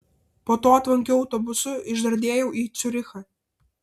po to tvankiu autobusu išdardėjau į ciurichą